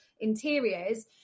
interiors